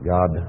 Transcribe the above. God